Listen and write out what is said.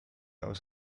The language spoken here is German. aus